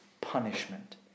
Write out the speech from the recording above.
punishment